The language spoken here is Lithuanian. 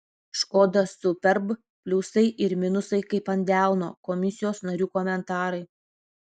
škoda superb pliusai ir minusai kaip ant delno komisijos narių komentarai